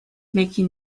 making